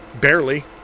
Barely